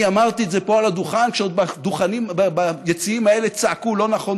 אני אמרתי את זה פה על הדוכן עוד כשביציעים האלה צעקו: לא נכון,